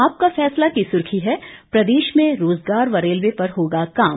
आपका फैसला की सुर्खी है प्रदेश में रोजगार व रेलवे पर होगा काम